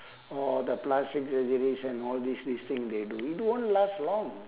or the plastic surgeries and all this this thing they do it won't last long